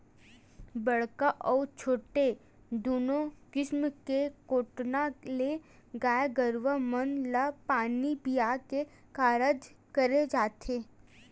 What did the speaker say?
बड़का अउ छोटे दूनो किसम के कोटना ले गाय गरुवा मन ल पानी पीया के कारज करे जाथे